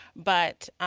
but